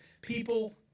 people